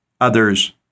others